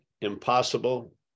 impossible